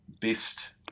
best